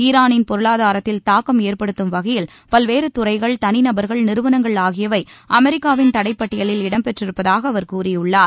ஈரானின் பொருளாதாரத்தில் தாக்கம் ஏற்படுத்தும் வகையில் பல்வேறு துறைகள் தனிநபர்கள் நிறுவனங்கள் ஆகியவை அமெரிக்காவின் தடை பட்டியலில் இடம்பெற்றிருப்பதாக அவர் கூறியுள்ளார்